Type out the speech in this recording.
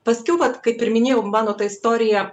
paskiau vat kaip ir minėjau mano ta istorija